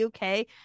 UK